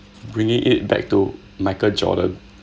bringing it back to michael jordan